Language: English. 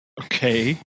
Okay